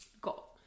got